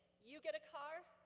you get a car,